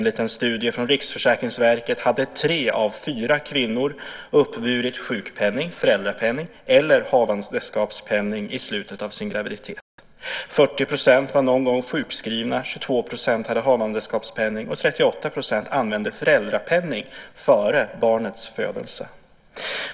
I en studie från Riksförsäkringsverket hade tre av fyra kvinnor uppburit sjukpenning, föräldrapenning eller havandeskapspenning i slutet av sin graviditet. 40 % var någon gång sjukskrivna. 22 % hade havandeskapspenning. 38 % använde föräldrapenning före barnets födelse.